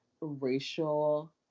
racial